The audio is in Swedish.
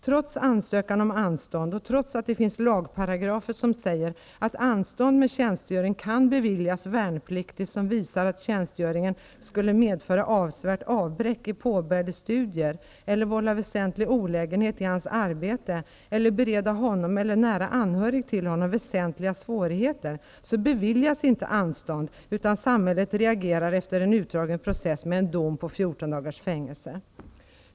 Trots ansökan om anstånd och trots att det finns lagparagrafer som säger att anstånd med tjänstgöring kan beviljas värnpliktig som visar att tjänstgöringen skulle medföra avsevärt avbräck i påbörjade studier eller vålla väsentlig olägenhet i hans arbete eller bereda honom eller nära anhörig till honom väsentliga svårigheter, så beviljas inte anstånd utan samhället reagerar efter en utdragen process med en dom på 14 dagars fängelse.